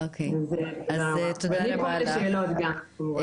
אז תודה רבה ואני פה לשאלות כמובן.